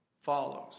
follows